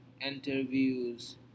interviews